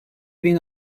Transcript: bin